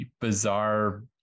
bizarre